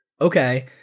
Okay